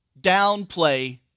downplay